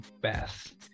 best